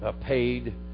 paid